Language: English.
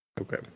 Okay